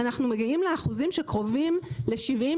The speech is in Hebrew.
אנחנו מגיעים לאחוזים שקרובים ל-70,